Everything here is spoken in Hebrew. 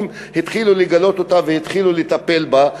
התחילו לגלות אותה והתחילו לטפל בה,